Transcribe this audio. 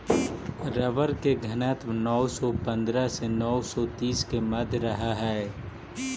rubber के घनत्व नौ सौ पंद्रह से नौ सौ तीस के मध्य रहऽ हई